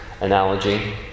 analogy